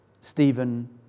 Stephen